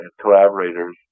collaborators